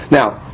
Now